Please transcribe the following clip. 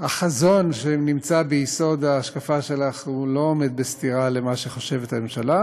והחזון שנמצא ביסוד ההשקפה שלך לא עומד בסתירה למה שחושבת הממשלה.